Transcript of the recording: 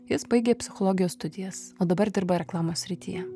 jis baigė psichologijos studijas o dabar dirba reklamos srityje